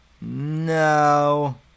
No